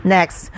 Next